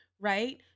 right